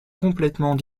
complètement